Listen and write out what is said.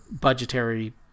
budgetary